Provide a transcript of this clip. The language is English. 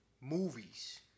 Movies